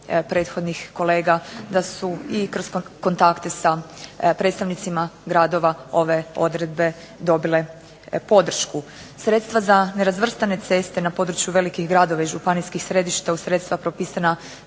prethodnih kolega da su i kroz kontakte sa predstavnicima gradova ove odredbe dobile podršku. Sredstva za nerazvrstane ceste na području velikih gradova i županijskih središta uz sredstva propisana